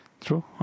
true